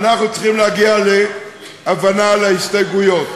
אנחנו צריכים להגיע להבנה על ההסתייגויות,